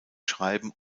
schreiben